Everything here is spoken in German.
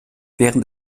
während